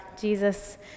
Jesus